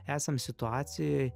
esam situacijoj